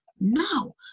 No